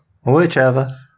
Whichever